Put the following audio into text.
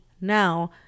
now